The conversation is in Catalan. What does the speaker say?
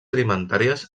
alimentàries